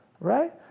Right